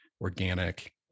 organic